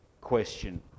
question